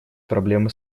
проблемы